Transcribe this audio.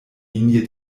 linie